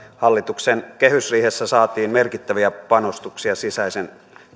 hallituksen kehysriihessä saatiin merkittäviä panostuksia sisäisen